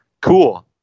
cool